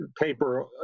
paper